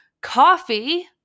Coffee